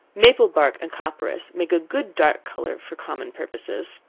maple bark and copperas make a good dark color for common purposes.